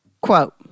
Quote